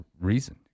reason